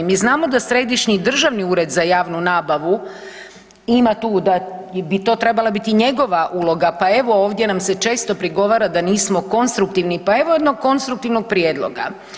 Mi znamo da Središnji državni ured za javnu nabavu ima tu i da bi to trebala biti njegova uloga, pa evo ovdje nam se često prigovara da nismo konstruktivni, pa evo jednog konstruktivnog prijedloga.